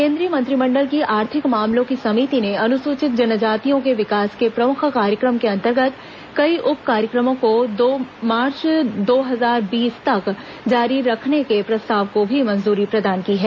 केंद्रीय मंत्रिमण्डल की आर्थिक मामलों की समिति ने अनुसूचित जनजातियों के विकास के प्रमुख कार्यक्रम के अंतर्गत कई उप कार्यक्रमों को मार्च दो हजार बीस तक जारी रखने के प्रस्ताव को भी मंजूरी प्रदान की है